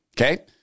Okay